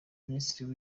minisitiri